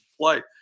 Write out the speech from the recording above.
play